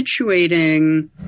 situating